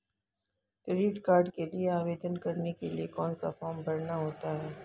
Credit card के लिए आवेदन करने के लिए कौन सा फॉर्म भरना होता है?